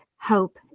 hope